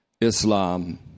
Islam